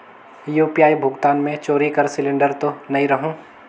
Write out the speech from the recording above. UPI भुगतान मे चोरी कर सिलिंडर तो नइ रहु?